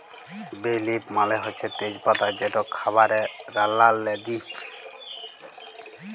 বে লিফ মালে হছে তেজ পাতা যেট খাবারে রাল্লাল্লে দিই